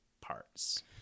parts